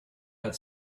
had